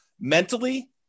mentally